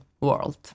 world